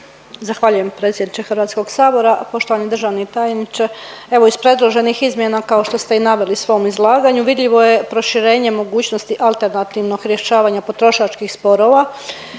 Zahvaljujem predsjedniče HS. Poštovani državni tajniče, evo iz predloženih izmjena kao što ste i naveli u svom izlaganju vidljivo je proširenje mogućnosti alternativnog rješavanja potrošačkih sporova,